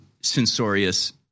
censorious